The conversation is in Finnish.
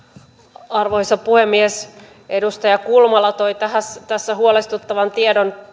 arvoisa puhemies edustaja kulmala toi tietoomme huolestuttavan tiedon